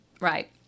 Right